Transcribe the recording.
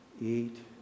eat